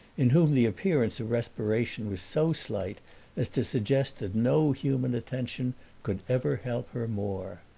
in whom the appearance of respiration was so slight as to suggest that no human attention could ever help her more.